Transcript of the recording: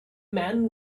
man